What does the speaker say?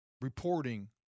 reporting